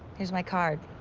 here's my card.